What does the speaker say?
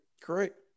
Correct